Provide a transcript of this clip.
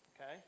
Okay